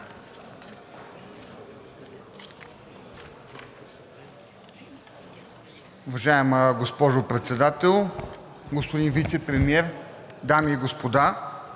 Уважаеми господин Председател, господин Вицепремиер, дами и господа!